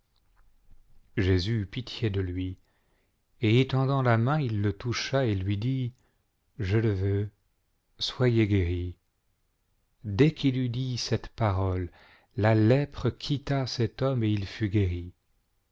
jésus eut pitié de lui et étendant la main il le toucha et lui dit je le veux soyez guéri dès cpi'il eut dit cette parole j la lèpre quitta cet homme et il fut guéri